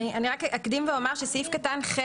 אני רק אקדים ואומר שסעיף (ח)